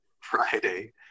Friday